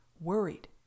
worried